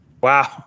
Wow